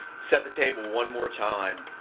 set the table one more time,